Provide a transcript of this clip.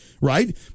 right